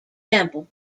temple